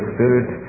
Spirit